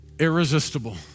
irresistible